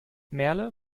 merle